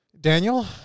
Daniel